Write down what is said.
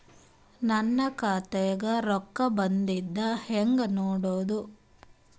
ನನ್ನ ಖಾತಾದಾಗ ರೊಕ್ಕ ಬಂದಿದ್ದ ಹೆಂಗ್ ನೋಡದು?